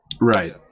Right